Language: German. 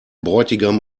bräutigam